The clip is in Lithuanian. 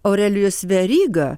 aurelijus veryga